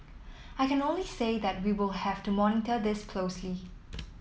I can only say that we will have to monitor this closely